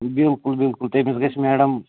بلکل بلکل تٔمِس گژھِ میڈَم